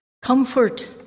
Comfort